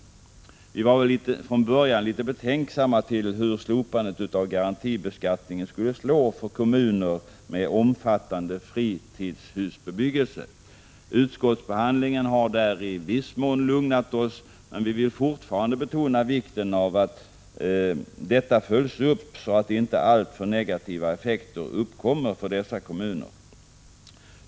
59 Vi var väl från början litet betänksamma inför frågan hur slopandet av garantibeskattningen skulle slå för kommuner med omfattande fritidshusbebyggelse. Utskottsbehandlingen har där i viss: mån lugnat oss, men vi vill fortfarande betona vikten av att detta följs upp så att inte alltför negativa effekter uppkommer för dessa kommuner.